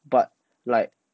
but like